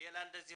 מעל שנתיים הוא